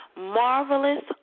Marvelous